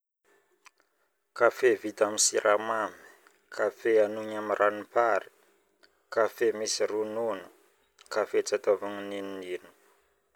kafe vota am siramamy, anogny am ranompary, kafe misy ronono, kafe tsy ataovagna ninino